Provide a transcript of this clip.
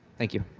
thank you.